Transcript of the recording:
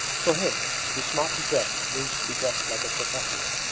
for him, to be smartly dressed means to be dressed like a circassian.